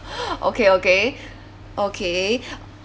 okay okay okay